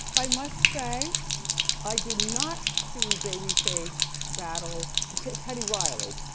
i must say i did not see babyface battle teddy riley,